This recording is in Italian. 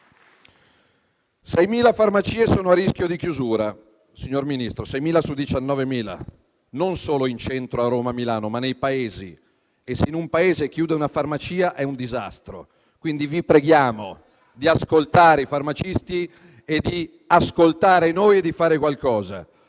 6.000 farmacie sono a rischio di chiusura: 6.000 su 19.000, non solo in centro a Roma e Milano, ma nei paesi. Se in un piccolo Comune chiude una farmacia è un disastro, quindi vi preghiamo di ascoltare i farmacisti, di ascoltare noi e di fare qualcosa.